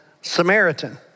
Samaritan